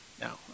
Now